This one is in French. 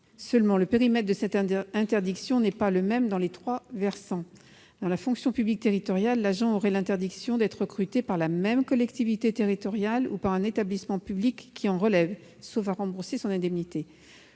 perçue. Or le périmètre de cette interdiction n'est pas le même dans les trois versants. Dans la fonction publique territoriale, l'agent aurait l'interdiction d'être recruté par la même collectivité territoriale ou par un établissement public qui en relève, sauf à rembourser son indemnité.